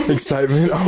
Excitement